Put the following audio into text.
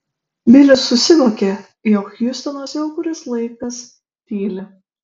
bilis susivokė jog hjustonas jau kuris laikas tyli